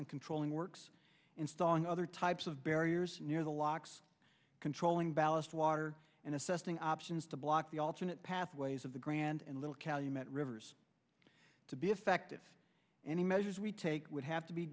and controlling works installing other types of barriers near the locks controlling ballast water and assessing options to block the alternate pathways of the grand and little calumet rivers to be effective any measures we take would have to be